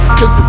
Cause